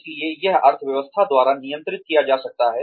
इसलिए यह अर्थव्यवस्था द्वारा नियंत्रित किया जा सकता है